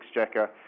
exchequer